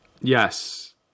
Yes